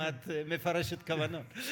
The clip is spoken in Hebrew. למה את מפרשת כוונות?